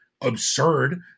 absurd